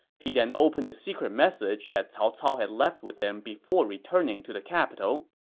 he then opened the secret message that cao cao had left with him before returning to the capital.